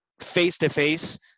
face-to-face